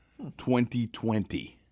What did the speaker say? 2020